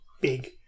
big